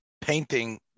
painting